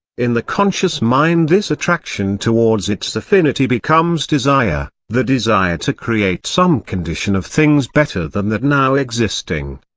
in the conscious mind this attraction towards its affinity becomes desire the desire to create some condition of things better than that now existing.